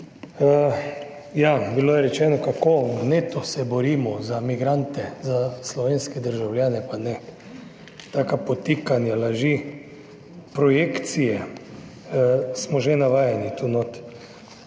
Ja, bilo je rečeno kako vneto se borimo za migrante, za slovenske državljane pa ne, taka podtikanja, laži, projekcije smo že navajeni tu notri.